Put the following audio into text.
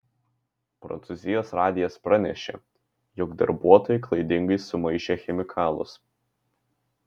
prancūzijos radijas pranešė jog darbuotojai klaidingai sumaišė chemikalus